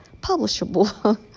publishable